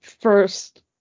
first